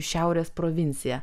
šiaurės provincija